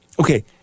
Okay